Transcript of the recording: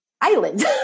island